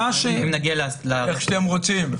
איך שאתם רוצים.